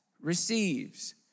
receives